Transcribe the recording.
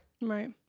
Right